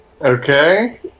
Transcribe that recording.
Okay